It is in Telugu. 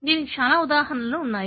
దీనికి చాలా ఉదాహరణలు ఉన్నాయి